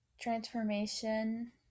transformation